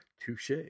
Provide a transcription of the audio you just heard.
Touche